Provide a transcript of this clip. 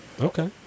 Okay